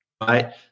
Right